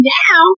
now